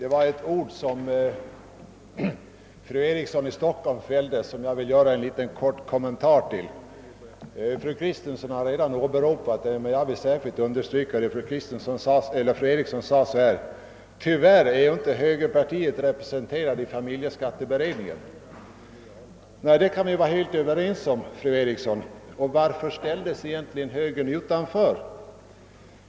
Tyvärr är ju inte högerpartiet representerat i familjeskatteberedningen. Nej, det kan vi vara helt överens om, fru Eriksson. Men varför ställdes högern utanför?